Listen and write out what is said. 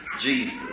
Jesus